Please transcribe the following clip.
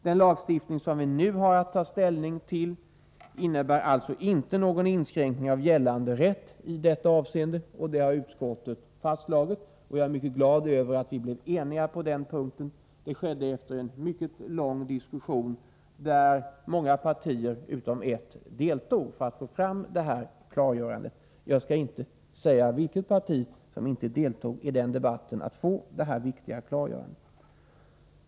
Den lagstiftning som vi nu har att ta ställning till innebär alltså inte någon inskränkning av gällande rätt i detta avseende, det har utskottet fastslagit. Jag är mycket glad över att vi blev eniga på den punkten. Det blev vi efter en mycket lång diskussion, i vilken samtliga partier utom ett deltog. Jag skall inte säga vilket parti som inte deltog i debatten för att få fram detta viktiga klargörande.